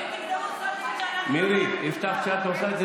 ואנחנו, מירי, הבטחת שאת עושה את זה